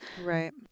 Right